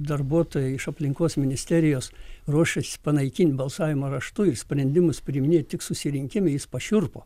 darbuotojai iš aplinkos ministerijos ruošėsi panaikint balsavimą raštu ir sprendimus priiminėt tik susirinkime jis pašiurpo